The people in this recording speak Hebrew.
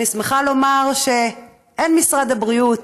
אני שמחה לומר שהן משרד הבריאות